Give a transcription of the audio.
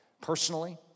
personally